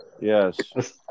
Yes